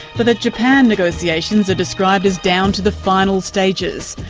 but the japan negotiations are described as down to the final stages,